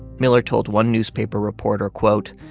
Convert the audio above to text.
miller told one newspaper reporter, quote,